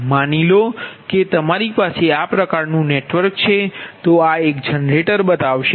માની લો કે તમારી પાસે આ પ્રકારનું નેટવર્ક છે તો આ એક જનરેટર બતાવશે